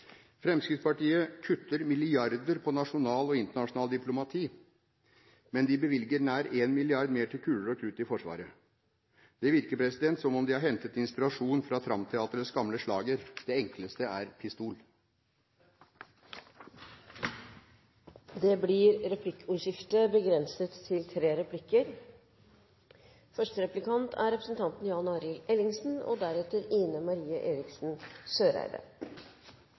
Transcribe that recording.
Fremskrittspartiet kutter milliarder på nasjonalt og internasjonalt diplomati, men de bevilger nær 1 mrd. kr mer til kuler og krutt i Forsvaret. Det virker som om de har hentet inspirasjon fra Tramteaterets gamle slager: «Det Enkleste Er Pistol». Det blir replikkordskifte. Representanten Hansen har jo vært på Stortinget i mange år og er kjent med både regelverk og